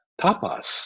tapas